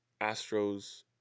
Astros